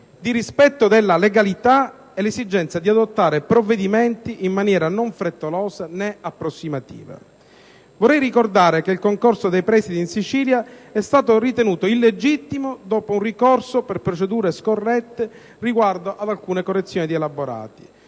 di rispetto della legalità e l'esigenza di adottare provvedimenti in maniera non frettolosa, né approssimativa. Vorrei ricordare che il concorso dei presidi in Sicilia è stato ritenuto illegittimo dopo un ricorso per procedure scorrette riguardo ad alcune correzioni di elaborati.